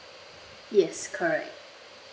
yes correct